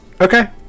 Okay